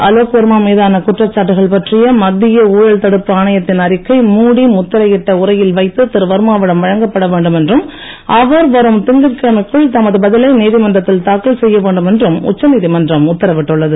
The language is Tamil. அலோக் வர்மா மீதான குற்றச்சாட்டுகள் பற்றிய மத்திய ஊழல் தடுப்பு ஆணையத்தின் அறிக்கை மூடி முத்திரையிட்ட உரையில் வைத்து திருவர்மாவிடம் வழங்கப்பட வேண்டும் என்றும் அவர் வரும் திங்கட் கிழமைக்கிழமைக்குள் தமது பதிலை நீதிமன்றத்தில் தாக்கல் செய்யவேண்டும் என்றும் உச்ச நீதிமன்றம் உத்தரவிட்டுள்ளது